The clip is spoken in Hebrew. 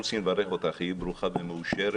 אנחנו רוצים לברך אותך: היי ברוכה ומאושרת.